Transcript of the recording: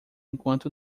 enquanto